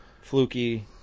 fluky